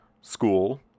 School